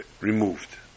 removed